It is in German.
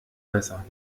besser